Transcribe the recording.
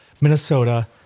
Minnesota